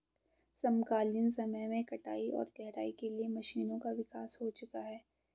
समकालीन समय में कटाई और गहराई के लिए मशीनों का विकास हो चुका है